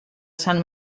sant